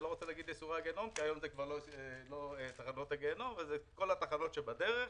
כל התחנות שבדרך,